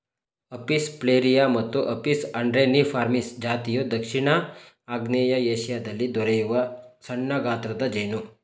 Apis florea ಮತ್ತು Apis andreniformis ಜಾತಿಯು ದಕ್ಷಿಣ ಮತ್ತು ಆಗ್ನೇಯ ಏಶಿಯಾದಲ್ಲಿ ದೊರೆಯುವ ಸಣ್ಣಗಾತ್ರದ ಜೇನು